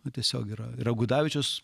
o tiesiog yra yra gudavičius